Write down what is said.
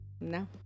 No